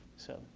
so,